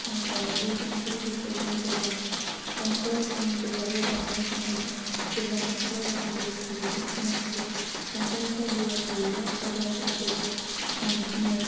नाथाय बे दंखलनि दैखौ जों जेब्ला दंखलाव जों जेब्ला बे राननाय समाव जों जेब्ला दंखलाव जों दैखौ लुहरफिनो अब्ला दंखलनिफ्राय दैया गयो अब्ला जों दैखौ मोनफिनो